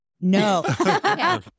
No